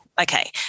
Okay